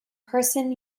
person